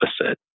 opposite